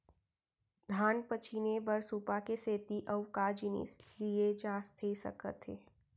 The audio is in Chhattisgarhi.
धान पछिने बर सुपा के सेती अऊ का जिनिस लिए जाथे सकत हे?